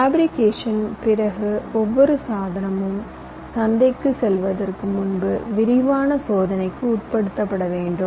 fabrication பிறகு ஒவ்வொரு சாதனமும் சந்தைக்குச் செல்வதற்கு முன்பு விரிவான சோதனைக்கு உட்படுத்தப்பட வேண்டும்